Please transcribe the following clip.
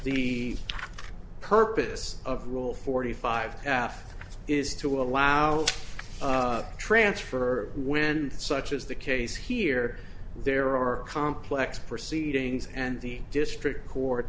the purpose of rule forty five is to allow transfer when such is the case here there are complex proceedings and the district court